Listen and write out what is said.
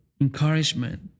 encouragement